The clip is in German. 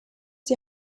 die